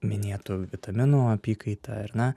minėtų vitaminų apykaita ar ne